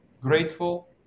grateful